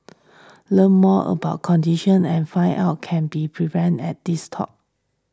learn more about condition and find out can be prevented at this talk